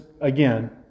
again